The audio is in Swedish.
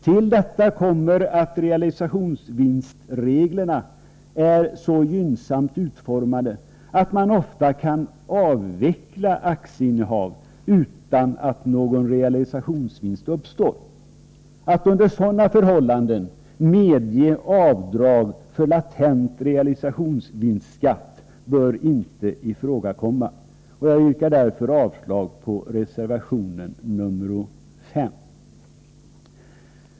Till detta kommer att realisationsvinstreglerna är så gynnsamt utformade att man oftast kan avveckla aktieinnehav utan att någon realisationsvinst uppstår. Att under sådana förhållanden medge avdrag för latent realisationsvinstskatt bör inte ifrågakomma. Jag yrkar därför avslag på reservation nr 5.